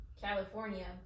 California